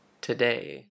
today